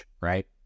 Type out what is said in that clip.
right